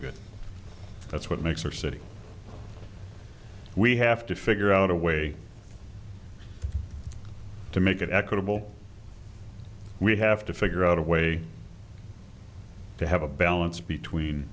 good that's what makes our city we have to figure out a way to make it equitable we have to figure out a way to have a balance between